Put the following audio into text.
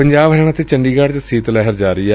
ਪੰਜਾਬ ਹਰਿਆਣਾ ਅਤੇ ਚੰਡੀਗੜ ਚ ਸੀਤ ਲਹਿਰ ਜਾਰੀ ਏ